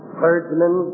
clergymen